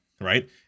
right